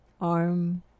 arm